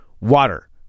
water